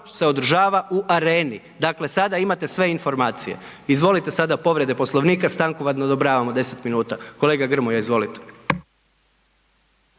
se održava u Areni. Dakle sada imate sve informacije. Izvolite sada povrede Poslovnika, stanku vam odobravam od 10 minuta. Kolega Grmoja, izvolite.